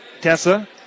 Tessa